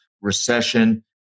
recession